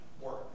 work